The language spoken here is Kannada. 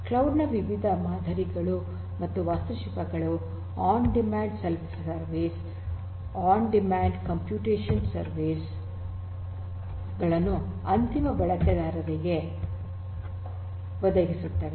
ಕ್ಲೌಡ್ ನ ಈ ವಿವಿಧ ಮಾದರಿಗಳು ಮತ್ತು ವಾಸ್ತುಶಿಲ್ಪಗಳು on demand self service on demand computation service ಗಳನ್ನು ಅಂತಿಮ ಬಳಕೆದಾರರಿಗೆ ಒದಗಿಸುತ್ತದೆ